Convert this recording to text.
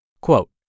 Quote